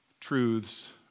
truths